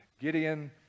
Gideon